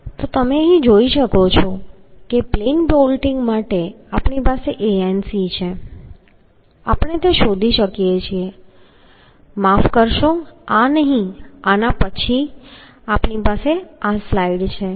તો તમે જોઈ શકો છો કે પ્લેન બોલ્ટિંગ માટે આપણી પાસે Anc છે આપણે શોધી શકીએ છીએ માફ કરશો આ નહીં આના પછી આપણી પાસે આ સ્લાઇડ છે